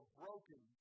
broken